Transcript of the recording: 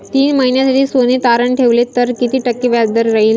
तीन महिन्यासाठी सोने तारण ठेवले तर किती टक्के व्याजदर राहिल?